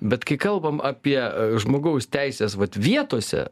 bet kai kalbam apie žmogaus teisės vat vietose